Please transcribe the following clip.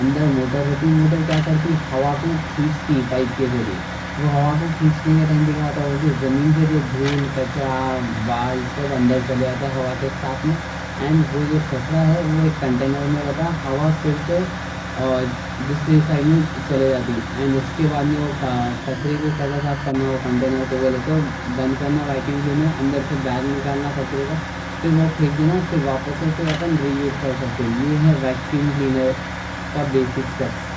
اندر موٹر رہتی موٹر کیا کرتی ہوا کو کھینچتی پائپ کے ذریعے وہ ہوا کو کھینچنے کے ٹائم پہ تو زمین پہ جو دھول کچرا والا سب اندر چلے آتے ہوا کے ساتھ میں اور وہ جو کچرا ہے وہ ایک کنٹینر میں رہتا ہوا پھر سے دوسری سائیڈ میں چلی جاتی اور اس کے بعد میں وہ کچرے کو کیسا صاف کرنا وہ کنٹینر کو بولے تو بند کرنا ویکیوم کلینر اندر سے بیگ نکالنا کچرے کا پھر وہ پھینک دینا پھر واپس سے پھر اپن ری یوز کر سکتے یہ ہے ویکیوم کلینر کا بیسک سٹیکس